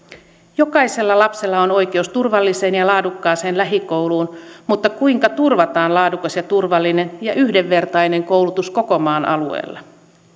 jokaisella lapsella on oikeus turvalliseen ja laadukkaaseen lähikouluun mutta kuinka turvataan laadukas turvallinen ja yhdenvertainen koulutus koko maan alueella